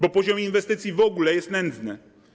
Bo poziom inwestycji w ogóle jest nędzny.